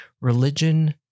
religion